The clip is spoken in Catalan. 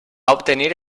obtenir